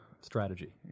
strategy